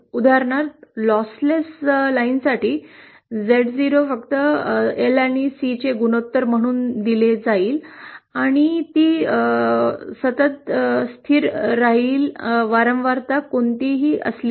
उदाहरणार्थ लॉसलेस ओळींसाठी Z0 फक्त C वर एल चे गुणोत्तर म्हणून दिले जाईल आणि ती सतत स्थिर राहील वारंवारता कोणतीही असली तरी